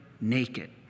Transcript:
naked